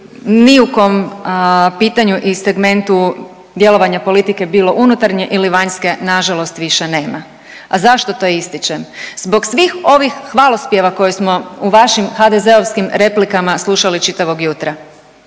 ni u kom pitanju i segmentu djelovanja politike bilo unutarnje ili vanjske na žalost više nema. A zašto to ističem? Zbog svih ovih hvalospjeva koje smo u vašim HDZ-ovskim replikama slušali čitavog jutra.